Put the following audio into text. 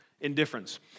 Indifference